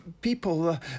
people